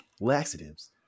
laxatives